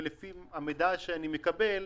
ולפי המידע שאני מקבל,